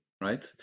right